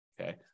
Okay